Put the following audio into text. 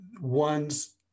one's